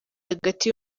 hagati